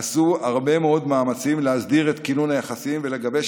עשו הרבה מאוד מאמצים להסדיר את כינון היחסים ולגבש